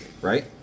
Right